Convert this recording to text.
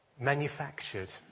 manufactured